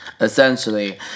essentially